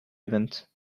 event